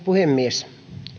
puhemies